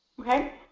Okay